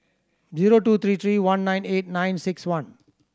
zero two three three one nine eight nine six one